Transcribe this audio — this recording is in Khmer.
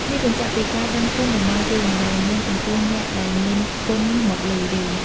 នេះបញ្ជាក់ពីការដឹងគុណរបស់យើង ដែលមានចំពោះអ្នកដែលមានគុណមកលើយើង។